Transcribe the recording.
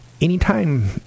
anytime